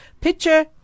Picture